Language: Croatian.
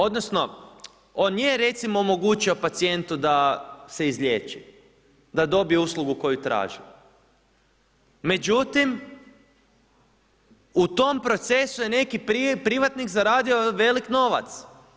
Odnosno, on je recimo omogućio pacijentu da se izliječi, da dobije uslugu koju traži međutim u tom procesu je neki privatnik zaradio velik novac.